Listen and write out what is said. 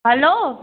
hello